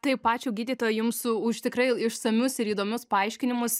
taip ačiū gydytoja jums už tikrai išsamius ir įdomius paaiškinimus